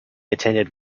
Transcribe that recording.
attended